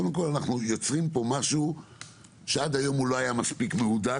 קודם כל אנחנו יוצרים פה משהו שעד היום הוא לא היה מספיק מהודק,